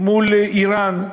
מול איראן,